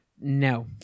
No